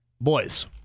boys